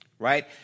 right